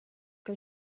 que